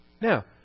Now